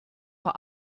vor